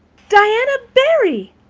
diana barry!